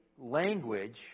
language